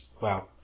Wow